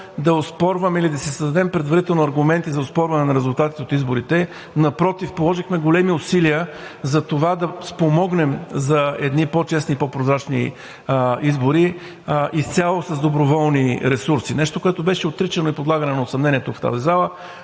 да си създадем предварително аргументи за оспорване на резултатите от изборите, напротив, положихме големи усилия за това да спомогнем за едни по-честни, по-прозрачни избори изцяло с доброволни ресурси. Нещо, което беше отричано и подлагано на съмнение тук в тази зала,